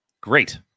Great